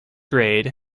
grade